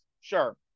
sure